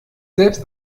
selbst